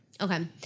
okay